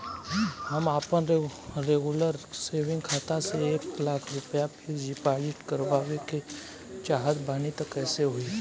हम आपन regular saving खाता से एक लाख रुपया फिक्स डिपॉज़िट करवावे के चाहत बानी त कैसे होई?